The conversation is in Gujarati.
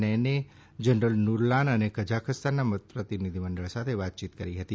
નૈને જનરલ નુરલાન અને કઝાખસ્તાનના પ્રતિનિધિમંડળ સાથે વાતચીત કરી હતી